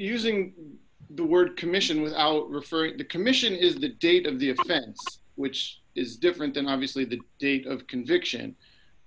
using the word commission without referring to the commission is the date of the offense which is different than obviously the date of conviction